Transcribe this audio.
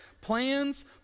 plans